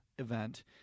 event